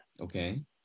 okay